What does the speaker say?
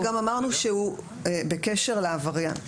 --- וגם אמרנו שהוא מידע בקשר לעבריין.